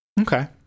Okay